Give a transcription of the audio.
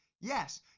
yes